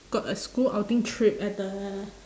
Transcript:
got a school outing trip at the